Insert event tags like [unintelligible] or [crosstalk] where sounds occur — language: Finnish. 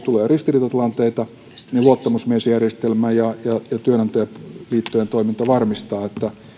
[unintelligible] tulee ristiriitatilanteita luottamusmiesjärjestelmä ja työnantajaliittojen toiminta varmistaa